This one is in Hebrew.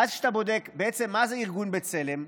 ואז כשאתה בודק בעצם מה זה ארגון בצלם,